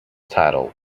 titled